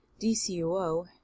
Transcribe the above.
DCUO